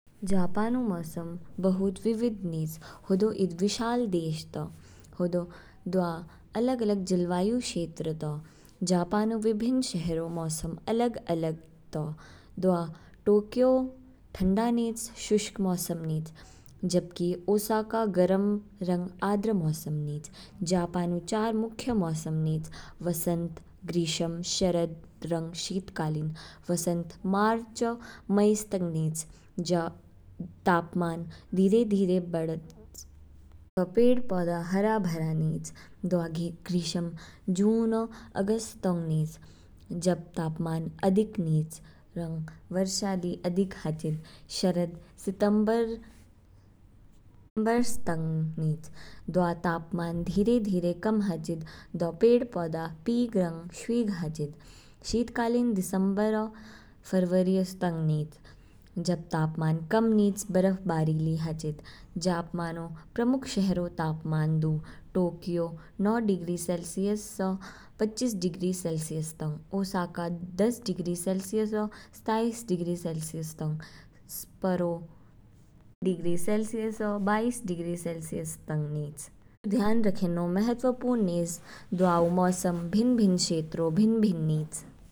जापान ऊ मौसम बहुत विविध निच, हदौ ईद विशाल देश तौ। हदौ दवा अलग अलग जलवायु क्षेत्र तौ, जापान ऊ विभिन्न शहरों मौसम अलग अलग तौ। दवा टोक्यो ठंडा निच शुष्क मौसम निच जबकि ओसाका गर्म रंग आर्द्र मौसम निच। जापान ऊ चार मुख्य मौसम निच, वसंत, ग्रीष्म, शरद, रंग शीतकालीन। वसंत मार्चो मई तंग निच, जब तापमान धीरे धीरे बढ़ेच। पेड़पौधे हरेभरे निच। दौगि ग्रीष्म जूनौ अगस्त तंग निच, जब तापमान अधिक निच रंग वर्षा ली अधिक हाचिद। शरद सितंबर से नवंबर तंग निच, दवा तापमान धीरे धीरे कम हाचिद दौ पेड़ पौधे पीग रंग शवीग हाचिद। शीतकालीन दिसंबरऔ फरवरीस तंग निच, जब तापमान कम निच बर्फबारी ली हाचिद। जापान ऊ प्रमुख शहरों तापमान दु, टोक्यो, नौ डिग्री सेलसियस स पच्चीस डिग्री सेलसियस तंग। ओसाका, दस डिग्री सेलसियस औ सताईस डिग्री सेलसियस तंग। सप्पोरो, डिग्री सेलसियस औ बाईस डिग्री सेलसियस तंग नीच। ध्यान रखेन्नौ महत्वपूर्ण निच दवाओ मौसम भिन्न भिन्न क्षेत्रों भिन्न भिन्न निच।